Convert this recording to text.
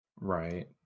right